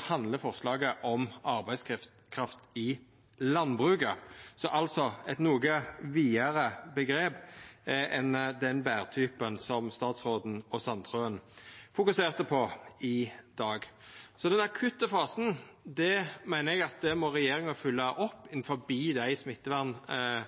handlar forslaget om arbeidskraft i landbruket – altså eit noko vidare omgrep enn den bærtypen som statsråden og Sandtrøen fokuserte på i dag. Så er det den akutte fasen. Det meiner eg at regjeringa må følgja opp innanfor dei